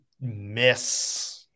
miss